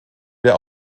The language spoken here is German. der